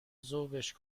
ذوبش